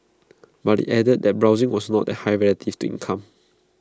but IT added that borrowing was not that high relatives to income